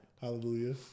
Hallelujah